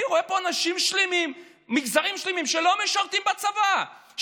אני רואה פה מגזרים שלמים שלא משרתים בצבא,